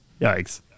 Yikes